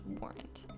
warrant